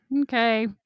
Okay